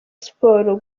siporo